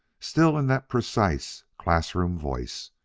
still in that precise, class-room voice,